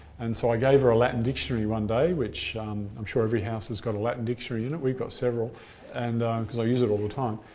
and so i gave her a latin dictionary one day, which i'm sure every house has got a latin dictionary in it we've got several and because i use it all the time,